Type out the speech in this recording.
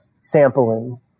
sampling